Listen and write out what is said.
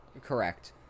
Correct